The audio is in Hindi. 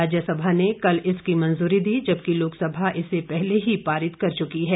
राज्यसभा ने कल इसकी मंजूरी दी जबकि लोकसभा इसे पहले ही पारित कर चुकी है